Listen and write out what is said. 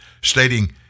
stating